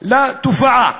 לתופעה